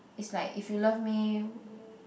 is like if you love me